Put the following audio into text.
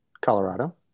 Colorado